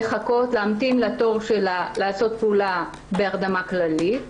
לחכות לתור שלה לעשות פעולה בהרדמה כללית.